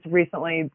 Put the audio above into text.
recently